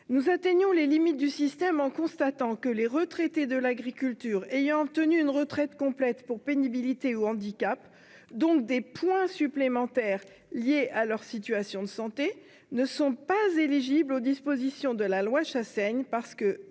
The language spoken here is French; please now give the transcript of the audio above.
Nous atteignons les limites du système en constatant que les retraités de l'agriculture ayant obtenu une retraite complète pour pénibilité ou handicap, donc des points supplémentaires liés à leur situation de santé, ne sont pas éligibles aux dispositions de la loi Chassaigne, qui